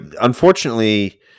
unfortunately